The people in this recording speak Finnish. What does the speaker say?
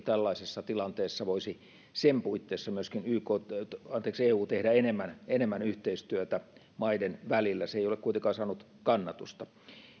tällaisessa tilanteessa voisi sen puitteissa myöskin eu tehdä enemmän enemmän yhteistyötä maiden välillä se ei ole kuitenkaan saanut kannatusta